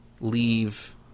leave